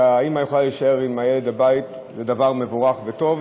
שהאימא יכולה להישאר עם הילד בבית זה דבר מבורך וטוב.